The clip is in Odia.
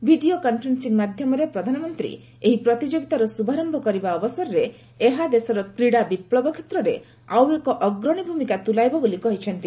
ଭିଡ଼ିଓ କନ୍ଫରେନ୍ସିଂ ମାଧ୍ୟମରେ ପ୍ରଧାନମନ୍ତ୍ରୀ ଏହି ପ୍ରତିଯୋଗିତାର ଶୁଭାରମ୍ଭ କରିବା ଅବସରରେ ଏହା ଦେଶର କ୍ରୀଡ଼ା ବିପ୍ଲବ କ୍ଷେତ୍ରରେ ଆଉ ଏକ ଅଗ୍ରଣୀ ଭୂମିକା ତୁଲାଇବ ବୋଲି କହିଛନ୍ତି